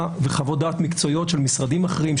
וחוות דעת מקצועיות של משרדים אחרים,